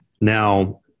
Now